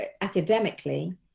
academically